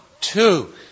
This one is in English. two